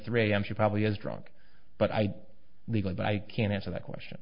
three am she probably is drunk but i legally but i can't answer that question